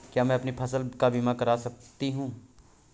क्या मैं अपनी फसल बीमा करा सकती हूँ?